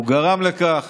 הוא גרם לכך